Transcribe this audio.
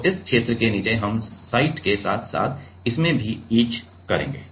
तो इस क्षेत्र के नीचे हम साइट के साथ साथ इससे भी इच करेंगे